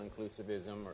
inclusivism